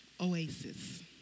oasis